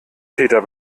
täter